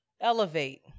elevate